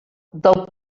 del